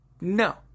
No